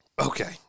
Okay